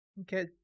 Okay